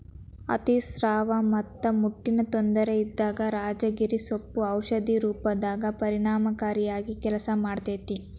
ಅತಿಸ್ರಾವ ಮತ್ತ ಮುಟ್ಟಿನ ತೊಂದರೆ ಇದ್ದಾಗ ರಾಜಗಿರಿ ಸೊಪ್ಪು ಔಷಧಿ ರೂಪದಾಗ ಪರಿಣಾಮಕಾರಿಯಾಗಿ ಕೆಲಸ ಮಾಡ್ತೇತಿ